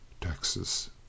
Texas